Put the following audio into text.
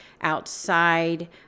outside